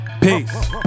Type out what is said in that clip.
Peace